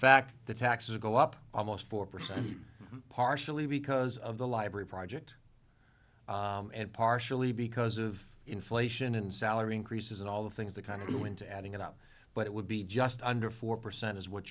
fact the taxes go up almost four percent partially because of the library project and partially because of inflation and salary increases and all the things that kind of you into adding it up but it would be just under four percent is what